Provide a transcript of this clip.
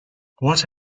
what